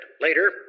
Later